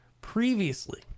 previously